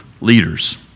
leaders